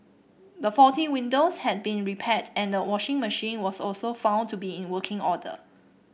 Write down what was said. the faulty windows had been repaired and the washing machine was also found to be in working order